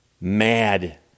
Mad